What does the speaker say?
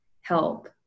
help